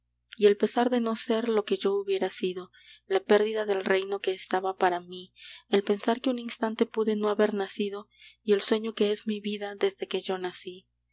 y el pesar de no ser lo que yo hubiera sido la pérdida del reino que estaba para mí el pensar que un instante pude no haber nacido y el sueño que es mi vida desde que yo nací